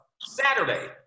Saturday